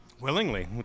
Willingly